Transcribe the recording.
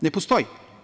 Ne postoji.